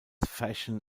fashion